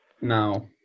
Now